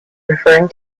referring